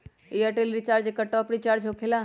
Airtel recharge एकर top off recharge होकेला?